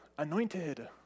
anointed